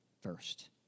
first